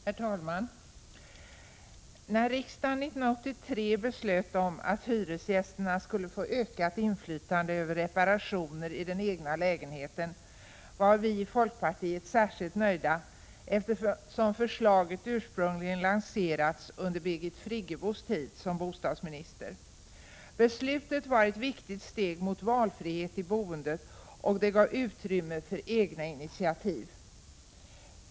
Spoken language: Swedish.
Herr talman! När riksdagen 1983 beslöt att hyresgästerna skulle få ett ökat inflytande över reparationer i den egna lägenheten, var vi i folkpartiet särskilt nöjda, eftersom förslaget ursprungligen lanserades under Birgit Friggebos tid som bostadsminister. Beslutet var ett viktigt steg mot valfrihet i boendet och gav utrymme för egna initiativ.